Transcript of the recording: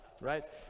right